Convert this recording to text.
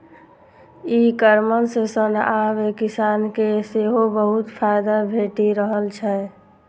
ई commerce सं आब किसान के सेहो बहुत फायदा भेटि रहल छै